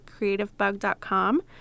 creativebug.com